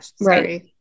Right